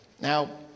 Now